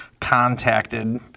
contacted